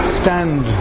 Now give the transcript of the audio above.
stand